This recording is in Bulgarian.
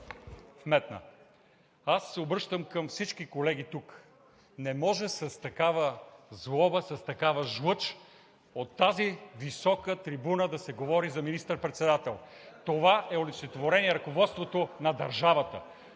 вметна. Аз се обръщам към всички колеги тук: не може с такава злоба, с такава жлъч от тази висока трибуна да се говори за министър-председател. Това е олицетворение на ръководството на държавата.